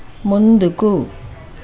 ముందుకు